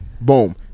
boom